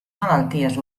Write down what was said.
malalties